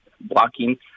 blocking